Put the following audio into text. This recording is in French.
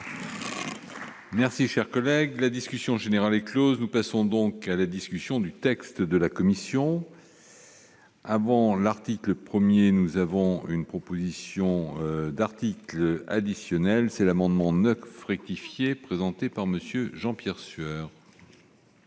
Merci, chers collègues, la discussion générale est Close, nous passons donc à la discussion du texte de la commission avant l'article 1er, nous avons une proposition d'articles additionnels : c'est l'amendement ne fructifier présenté par monsieur Jean-Pierre Sueur.